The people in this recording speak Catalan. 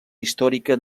històrica